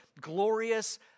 glorious